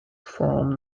from